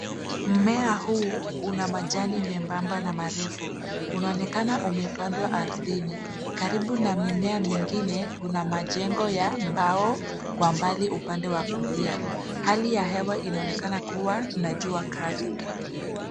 Mmea huu una majani membamba na marefu. Unaonekana umepandwa ardhini karibu na mimea mingine. Kuna majengo ya mbao kwa mbali upande wa kulia. Hali ya hewa inaonekana kuwa na jua kali.